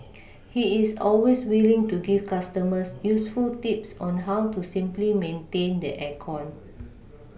he is always willing to give customers useful tips on how to simply maintain the air con